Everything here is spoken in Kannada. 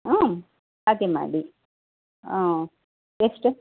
ಹ್ಞೂ ಹಾಗೆ ಮಾಡಿ ಎಷ್ಟು